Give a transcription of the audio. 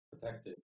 protected